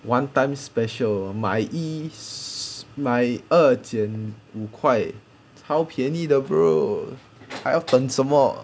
one time special 买一 买二减五块超便宜的 bro 还要等什么